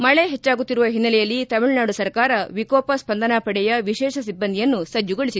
ಮಳೆ ಹೆಚ್ಚಾಗುತ್ತಿರುವ ಹಿನ್ನೆಲೆಯಲ್ಲಿ ತಮಿಳುನಾಡು ಸರ್ಕಾರ ವಿಕೋಪ ಸ್ಪಂದನಾಪಡೆಯ ವಿಶೇಷ ಸಿಬ್ಲಂದಿಯನ್ನು ಸಜ್ಜುಗೊಳಿಸಿದೆ